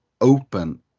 open